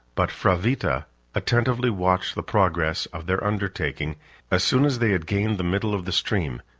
but fravitta attentively watched the progress of their undertaking as soon as they had gained the middle of the stream,